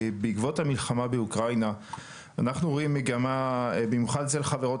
בעקבות המלחמה באוקראינה אנו רואים מגמה במיוחד אצל חברות